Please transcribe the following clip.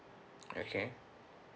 okay